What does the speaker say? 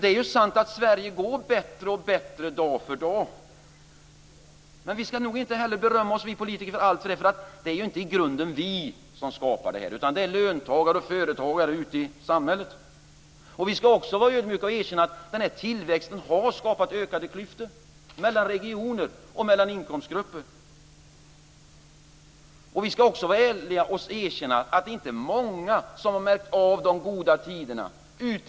Det är sant att Sverige går bättre och bättre dag för dag. Men vi politiker ska nog inte berömma oss för allt. Det är inte i grunden vi som skapar det här, utan det är löntagare och företagare ute i samhället. Vi ska också vara ödmjuka och erkänna att tillväxten har skapat ökade klyftor mellan regioner och mellan inkomstgrupper. Vi ska också vara ärliga och erkänna att det inte är många ute på sjukhusen som har känt av de goda tiderna.